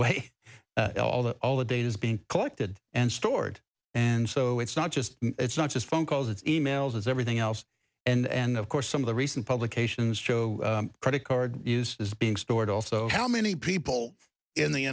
way all the all the data is being collected and stored and so it's not just it's not just phone calls and e mails as everything else and of course some of the recent publications show credit card use is being stored also how many people in the